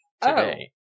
today